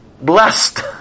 blessed